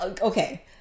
okay